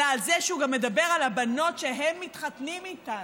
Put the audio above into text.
אלא על זה שהוא גם מדבר על הבנות שהם מתחתנים איתן,